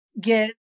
get